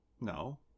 No